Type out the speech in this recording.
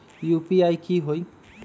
UPI की होई?